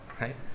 right